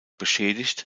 beschädigt